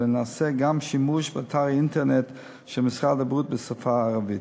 אלא נעשה גם שימוש באתר אינטרנט של משרד הבריאות בשפה הערבית.